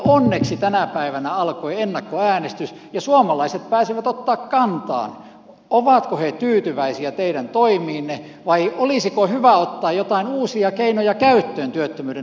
onneksi tänä päivänä alkoi ennakkoäänestys ja suomalaiset pääsevät ottamaan kantaa ovatko he tyytyväisiä teidän toimiinne vai olisiko hyvä ottaa joitain uusia keinoja käyttöön työttömyyden nujertamiseksi